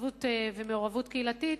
התנדבות ומעורבות קהילתית,